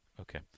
Okay